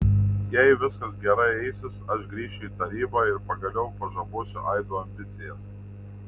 jei viskas gerai eisis aš grįšiu į tarybą ir pagaliau pažabosiu aido ambicijas